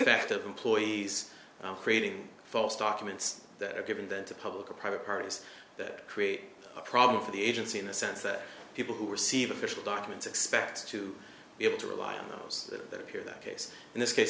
that employees are creating false documents that are given them to public or private parties that create a problem for the agency in the sense that people who receive official documents expect to be able to rely on those that appear that case in this case